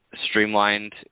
streamlined